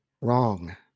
Wrong